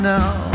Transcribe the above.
now